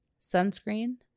sunscreen